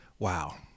Wow